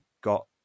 got